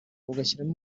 ugashyiramo